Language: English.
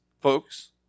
folks